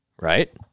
right